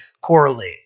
correlate